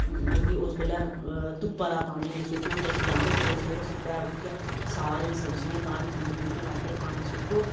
मतलब कि उस बेल्लै धुप्पा दा पानी नेईं सुटना जां ते सवेरे सवेरे सुटेआ उट्ठियै सारे सब्जियें गी पानी बूह्टे बाह्टें गी पानी सुट्टो